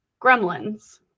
Gremlins